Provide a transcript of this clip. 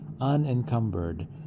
unencumbered